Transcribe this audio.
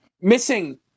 missing